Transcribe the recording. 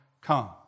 come